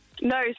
No